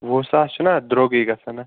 وُہ ساس چھِنَہ درٛوگٕے گَژھان اَتھ